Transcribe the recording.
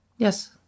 Yes